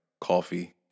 coffee